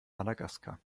madagaskar